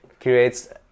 creates